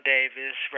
Davis